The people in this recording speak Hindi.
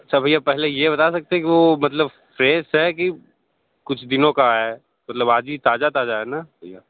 अच्छा भैया पहले ये बता सकते हैं की वो मतलब फ्रेश है कि कुछ दिनों का है मतलब आज ही ताजा ताजा है ना भैया